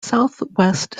southwest